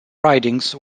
ridings